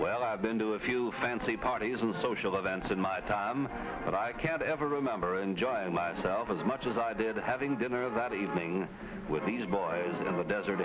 well i've been to a few fancy parties and social events in my time but i can't ever remember enjoying myself as much as i did having dinner that evening with these boys